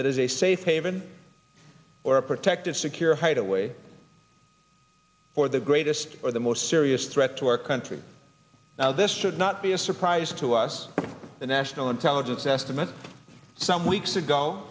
that is a safe haven or a protected secure hideaway for the greatest or the most serious threat to our country this should not be a surprise to us the national intelligence estimate some weeks ago